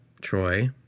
Troy